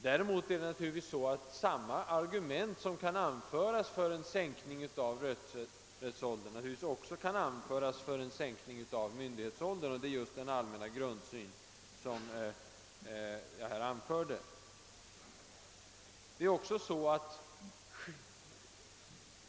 Däremot kan naturligtvis samma argument, som anförs för en sänkning av rösträttsåldern, anföras också för en sänkning av myndighetsåldern. Det är just den allmänna grundsyn som jag här har nämnt.